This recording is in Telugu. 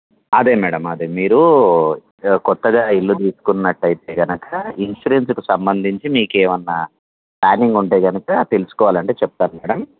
అదే మేడమ్ అదే మీరు కొత్తగా ఇల్లు తీసుకున్నట్లు అయితే కనుక ఇన్సూరెన్స్కు సంబంధించి మీకు ఏమైనా ప్లానింగ్ ఉంటే కనుక తెలుసుకోవాలంటే చెప్తాను మేడమ్